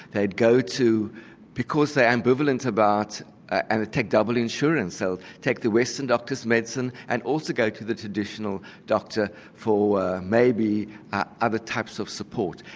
they'd go to because they are ambivalent about and they take double insurance so take the western doctor's medicine and also go to the traditional doctor for maybe other types of support.